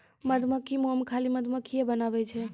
मधुमक्खी मोम खाली मधुमक्खिए बनाबै छै